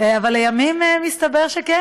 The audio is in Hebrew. אבל לימים מסתבר שכן,